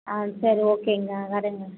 ஆ சரி ஓகேங்க வரேங்க